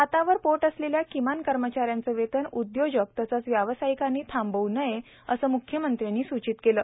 हातावर पोट असलेल्या किमान कर्मचाऱ्यांचं वेतन उद्योजक तसंच व्यावसायिकांनी थांबव् नये असं म्ख्यमंत्र्यांनी सूचित केलं